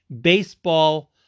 baseball